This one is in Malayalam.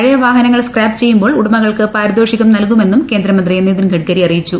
പഴയ വാഹനങ്ങൾ സ്ക്രാപ് ചെയ്യു മ്പോൾ ഉടമകൾക്ക് പാരിതോഷികം നൽകുമെന്നും കേന്ദ്രമന്ത്രി നിതിൻ ഗഡ്കരി അറിയിച്ചു